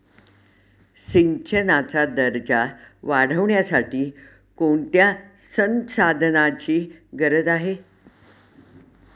सिंचनाचा दर्जा वाढविण्यासाठी कोणत्या संसाधनांची गरज आहे?